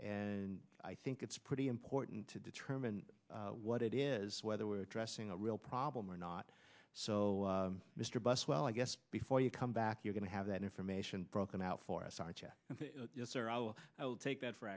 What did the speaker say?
and i think it's pretty important to determine what it is whether we're addressing a real problem or not so mr buswell i guess before you come back you're going to have that information broken out for us aren't you and i will take that f